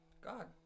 God